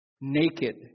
naked